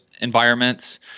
environments